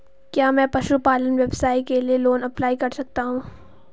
क्या मैं पशुपालन व्यवसाय के लिए लोंन अप्लाई कर सकता हूं?